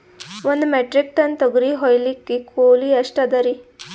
ಒಂದ್ metric ton ತೊಗರಿ ಹೋಯಿಲಿಕ್ಕ ಕೂಲಿ ಎಷ್ಟ ಅದರೀ?